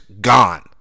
gone